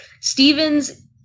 Steven's